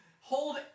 hold